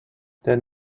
then